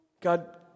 God